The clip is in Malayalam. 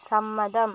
സമ്മതം